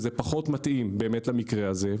שזה פחות מתאים למקרה הזה,